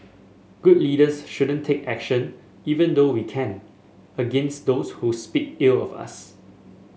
good leaders shouldn't take action even though we can against those who speak ill of us